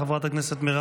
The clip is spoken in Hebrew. חברת הכנסת מרב